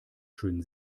schön